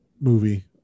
movie